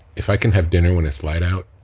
if i can have dinner when it's light out,